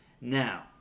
Now